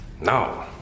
no